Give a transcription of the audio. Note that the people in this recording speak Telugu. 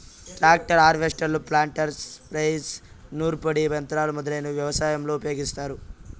ట్రాక్టర్, హార్వెస్టర్లు, ప్లాంటర్, స్ప్రేయర్స్, నూర్పిడి యంత్రాలు మొదలైనవి వ్యవసాయంలో ఉపయోగిస్తారు